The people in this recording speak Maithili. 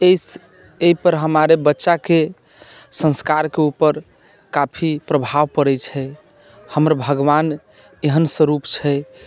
एहि एहिपर हमारे बच्चाके संस्कारके ऊपर काफी प्रभाव पड़ैत छै हमर भगवान एहन स्वरूप छै